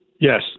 Yes